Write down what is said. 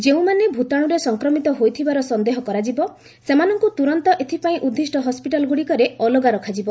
ଯେଉଁମାନେ ଭୂତାଣ୍ରରେ ସଂକ୍ରମିତ ହୋଇଥିବାର ସନ୍ଦେହ କରାଯିବ ସେମାନଙ୍କୁ ତୁରନ୍ତ ଏଥିପାଇଁ ଉଦ୍ଦିଷ୍ଟ ହସ୍କିଟାଲ୍ଗୁଡ଼ିକରେ ଅଲଗା ରଖାଯିବ